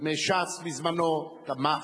מש"ס בזמנו תמך,